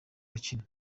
rukino